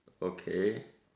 okay